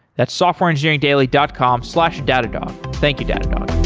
that's softwareengineeringdaily dot com slash datadog. thank you, datadog